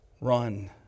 Run